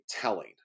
telling